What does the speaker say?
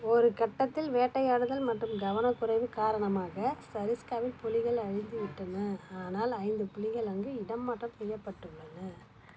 ஒரு கட்டத்தில் வேட்டையாடுதல் மற்றும் கவனக்குறைவு காரணமாக சரிஸ்காவில் புலிகள் அழிந்துவிட்டன ஆனால் ஐந்து புலிகள் அங்கே இடமாற்றம் செய்யப்பட்டுள்ளன